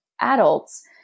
adults